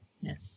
Yes